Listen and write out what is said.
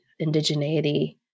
indigeneity